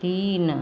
तीन